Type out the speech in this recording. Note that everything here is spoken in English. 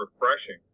refreshing